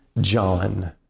John